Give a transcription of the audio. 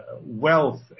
wealth